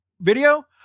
video